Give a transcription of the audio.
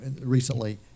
recently